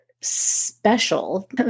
special